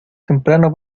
temprano